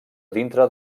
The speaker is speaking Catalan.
dintre